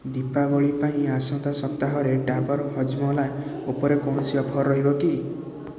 ଦୀପାବଳି ପାଇଁ ଆସନ୍ତା ସପ୍ତାହରେ ଡାବର୍ ହଜମୋଲା ଉପରେ କୌଣସି ଅଫର୍ ରହିବ କି